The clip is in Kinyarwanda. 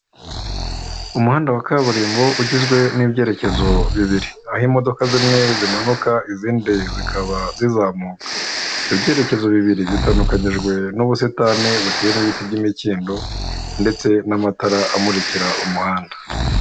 Umuhanda wa kaburimbo ugizwe n'ibyerekezo bibiri, aho imodoka zimwe zimanuka izindi zikaba zizamuka, ibyo byerekezo bibiri bitandukanyijwe n'ubusitani buteyemo ibiti by'imikindo ndetse n'amatara amukira umuhanda.